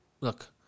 look